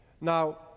Now